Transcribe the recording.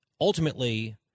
ultimately